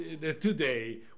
today